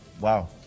wow